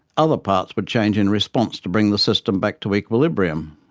other parts would change in response to bring the system back to equilibrium.